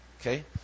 Okay